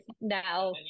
now